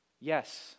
Yes